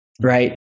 right